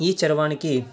ఈ చరవాణికి